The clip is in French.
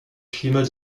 climat